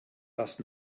das